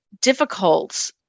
difficult